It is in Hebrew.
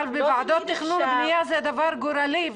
אבל בוועדות תכנון ובנייה זה דבר גורלי,